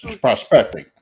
prospecting